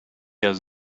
has